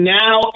now